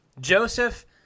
Joseph